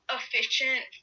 efficient